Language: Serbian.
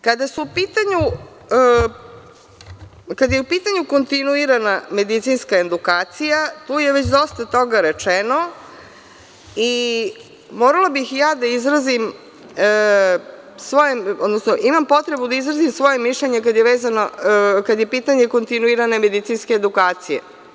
Kada je u pitanju kontinuirana medicinska edukacija tu je već dosta rečeno i morala bih da izrazim svoje, odnosno imam potrebu da izrazim svoje mišljenje kada je pitanje kontinuirane medicinske edukacije.